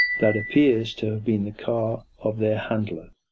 that appears to have been the car of their handler.